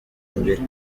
mbiri